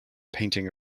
painting